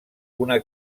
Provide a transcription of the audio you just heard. una